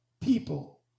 People